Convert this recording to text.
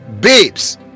babes